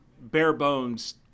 bare-bones